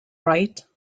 right